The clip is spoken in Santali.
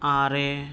ᱟᱨᱮ